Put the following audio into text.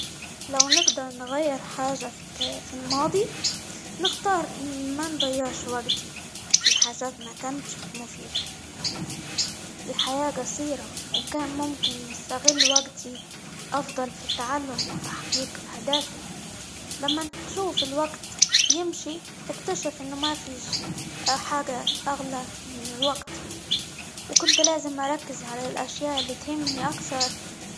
لو نقدر نغير حاجة في -الت- الماضي نختار إن ما نضيعش وقتي في حاجات مكانتش مفيدة، الحياة قصيرة، وكان ممكن نستغل وقتي أفضل في التعلم، وتحقيق أهدافي، لمن تشوف الوقت يمشي تكتشف إنه ما فيش حاجة أغلى من الوقت، وكنت لازم أركز على الأشياء اللي تهمني أكتر.